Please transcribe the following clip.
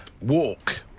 Walk